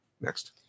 Next